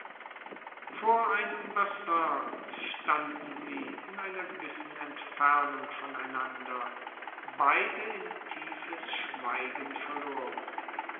vor einem bassin standen sie in einer gewissen entfernung von einander beide in tiefes schweigen verloren